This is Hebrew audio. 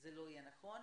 שזה לא יהיה נכון.